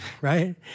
right